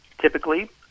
typically